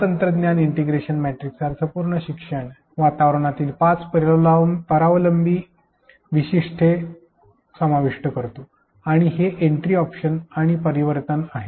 हा तंत्रज्ञान integration matrix अर्थपूर्ण शिक्षण वातावरणातील पाच परस्परावलंबी वैशिष्ट्ये समाविष्ट करतो आणि हे एंट्री अॅडप्शन आणि परिवर्तन आहे